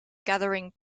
gathering